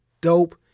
dope